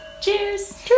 Cheers